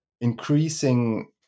increasing